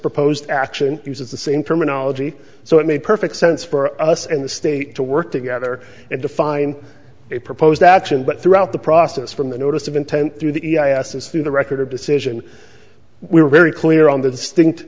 proposed action uses the same terminology so it made perfect sense for us and the state to work together and define a proposed action but throughout the process from the notice of intent through the i r s is through the record of decision we were very clear on the distinct